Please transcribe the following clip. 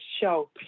show